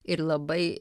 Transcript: ir labai